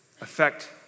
affect